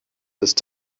ist